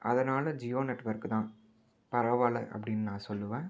அதனால் ஜியோ நெட்வொர்க்கு தான் பரவாயில்லை அப்படின்னு நான் சொல்வேன்